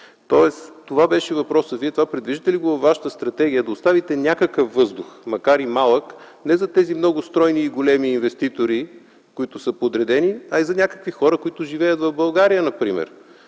Тоест въпросът беше предвиждате ли във вашата стратегия да оставите някакъв въздух, макар и малък, не за тези много стройни и големи инвеститори, които са подредени, а и за някакви хора, които живеят в България например?